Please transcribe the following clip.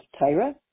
Tyra